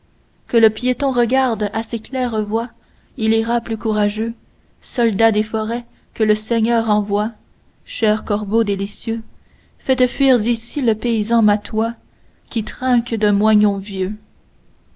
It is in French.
que le piéton regarde à ces claires-voies il ira plus courageux soldats des forêts que le seigneur envoie chers corbeaux délicieux faites fuir d'ici le paysan matois qui trinque d'un moignon vieux